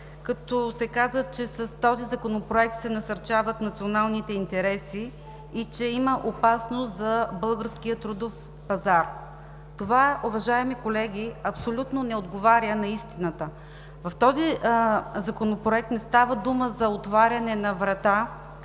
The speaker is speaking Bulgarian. като се каза, че с този законопроект се насърчават националните интереси и че има опасност за българския трудов пазар. Това, уважаеми колеги, абсолютно не отговаря на истината. В този законопроект не става дума за отваряне на врата